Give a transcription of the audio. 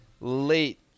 late